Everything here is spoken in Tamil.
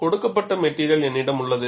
கொடுக்கப்பட்ட மெட்டிரியல் என்னிடம் உள்ளது